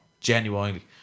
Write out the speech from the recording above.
Genuinely